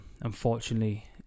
unfortunately